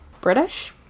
British